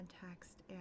context